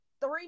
three